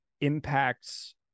impacts